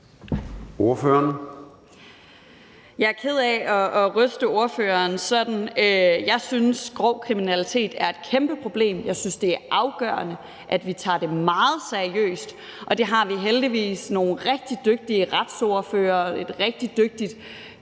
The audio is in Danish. Jeg er ked af at ryste spørgeren sådan. Jeg synes, grov kriminalitet er et kæmpeproblem, og jeg synes, det er afgørende, at vi tager det meget seriøst, og det har vi heldigvis nogle rigtig dygtige retsordførere, et rigtig dygtigt